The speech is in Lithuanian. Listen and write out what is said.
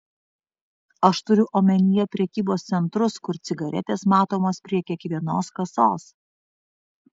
aš turiu omenyje prekybos centrus kur cigaretės matomos prie kiekvienos kasos